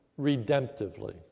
redemptively